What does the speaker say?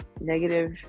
negative